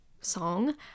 song